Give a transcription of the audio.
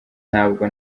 ntabwo